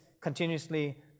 continuously